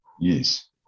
Yes